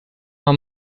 her